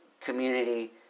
community